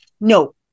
No